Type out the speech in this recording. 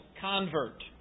convert